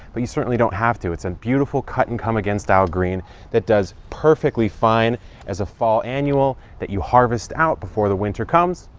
but you certainly don't have to. it's a beautiful cut and come again style green that does perfectly fine as a fall annual that you harvest out before the winter comes.